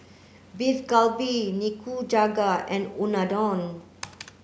Beef Galbi Nikujaga and Unadon